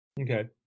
Okay